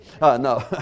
No